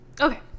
Okay